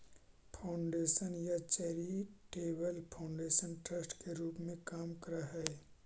foundation या charitable foundation trust के रूप में काम करऽ हई